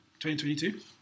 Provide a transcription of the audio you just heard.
2022